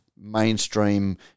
mainstream